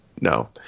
No